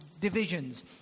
divisions